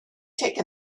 take